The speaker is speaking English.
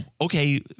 okay